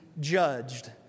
judged